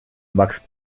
max